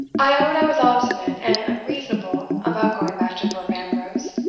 i own i was obstinate and unreasonable about going back to thorpe ambrose.